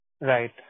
Right